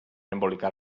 embolicar